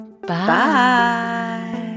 Bye